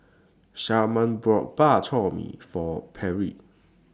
Shamar bought Bak Chor Mee For Pierre